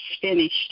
finished